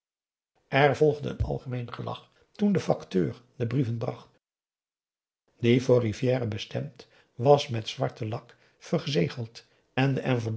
er volgde een algemeen gelach toen de facteur de brieven bracht die voor rivière bestemd was met zwart lak verzegeld en de